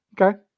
Okay